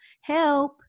Help